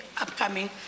upcoming